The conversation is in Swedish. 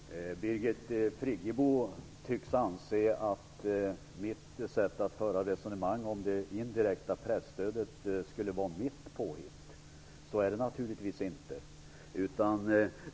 Herr talman! Birgit Friggebo tycks anse att mitt sätt att föra resonemang om det indirekta presstödet skulle vara mitt eget påhitt. Så är det naturligtvis inte.